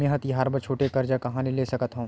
मेंहा तिहार बर छोटे कर्जा कहाँ ले सकथव?